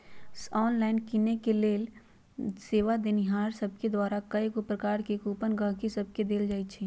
online किनेके लेल सेवा देनिहार सभके द्वारा कएगो प्रकार के कूपन गहकि सभके देल जाइ छइ